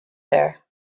there